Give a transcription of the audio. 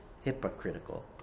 hypocritical